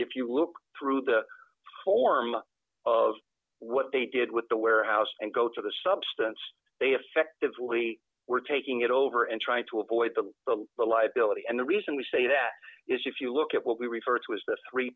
if you look through the form of what they did with the warehouse and go to the substance they affect of we were taking it over and trying to avoid the liability and the reason we say that is if you look at what we refer to as the three